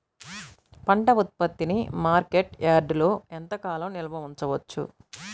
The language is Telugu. పంట ఉత్పత్తిని మార్కెట్ యార్డ్లలో ఎంతకాలం నిల్వ ఉంచవచ్చు?